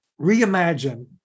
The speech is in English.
reimagine